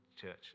church